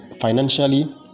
financially